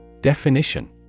Definition